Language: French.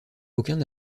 aucun